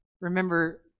remember